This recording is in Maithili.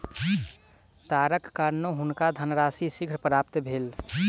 तारक कारणेँ हुनका धनराशि शीघ्र प्राप्त भेल